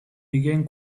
began